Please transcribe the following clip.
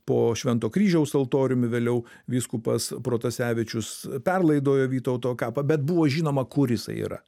po švento kryžiaus altoriumi vėliau vyskupas protasevičius perlaidojo vytauto kapą bet buvo žinoma kur jisai yra